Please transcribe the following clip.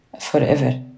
forever